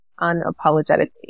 unapologetically